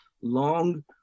long